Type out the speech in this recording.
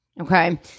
Okay